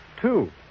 Two